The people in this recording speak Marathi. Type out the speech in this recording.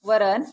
वरण